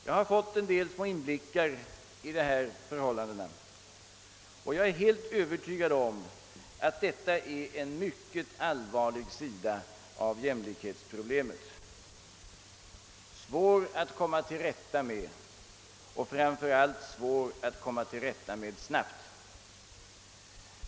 Jag har fått en del inblickar i dessa förhållanden, och jag är helt övertygad om att vi här möter en mycket allvarlig sida av jämlikhetsproblemet, svår att lösa och framför allt svår att komma till rätta med snabbt.